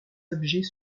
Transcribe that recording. objets